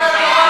הטבות,